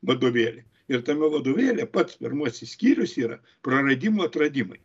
vadovėlį ir tame vadovėlyje pats pirmasis skyrius yra praradimai atradimai